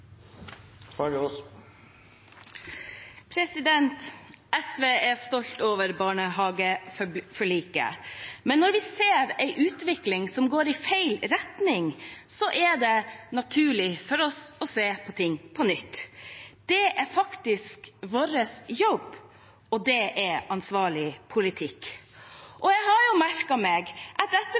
gjør. SV er stolt av barnehageforliket. Men når vi ser en utvikling som går i feil retning, er det naturlig for oss å se på det på nytt. Det er faktisk vår jobb, og det er ansvarlig politikk. Jeg har merket meg at etter at SV har gnaget om dette